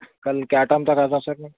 کل کیا ٹائم پہ رہتا سر میں